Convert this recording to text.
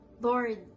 lord